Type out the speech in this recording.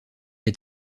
est